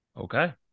Okay